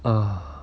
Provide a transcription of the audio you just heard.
ugh